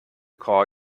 call